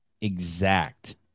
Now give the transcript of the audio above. exact